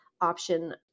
option